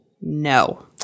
no